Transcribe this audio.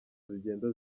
zigenda